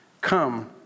Come